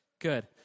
Good